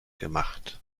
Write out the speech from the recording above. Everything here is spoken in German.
gemacht